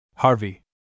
Harvey